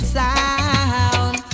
sound